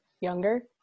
younger